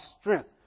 strength